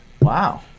Wow